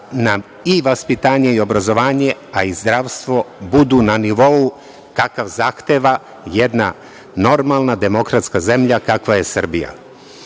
i vaspitanje i obrazovanje, a i zdravstvo budu na nivou kakav zahteva jedna normalna demokratska zemlja kakva je Srbija. Šta